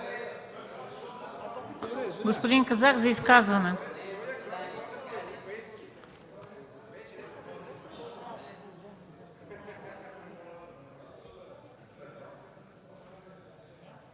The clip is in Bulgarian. Господин Казак – за изказване.